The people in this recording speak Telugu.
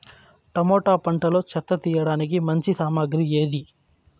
టమోటా పంటలో చెత్త తీయడానికి మంచి సామగ్రి ఏది?